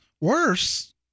worse